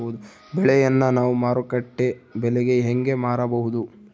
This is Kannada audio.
ಬೆಳೆಯನ್ನ ನಾವು ಮಾರುಕಟ್ಟೆ ಬೆಲೆಗೆ ಹೆಂಗೆ ಮಾರಬಹುದು?